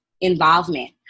involvement